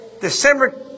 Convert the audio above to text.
December